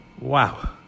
Wow